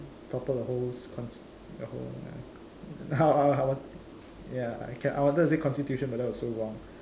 topple the whole cons~ the whole ya ya I wanted to say constitution but that was so wrong